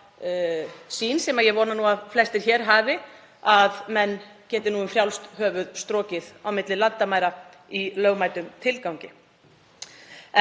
við þá sýn sem ég vona að flestir hér hafi, að menn geti um frjálst höfuð strokið þegar þeir fara á milli landamæra í lögmætum tilgangi.